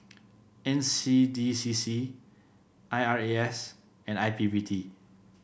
N C D C C I R A S and I P P T